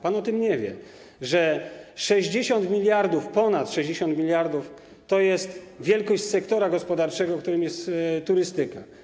Pan o tym nie wie, że 60 mld, ponad 60 mld to jest wielkość sektora gospodarczego, którym jest turystyka.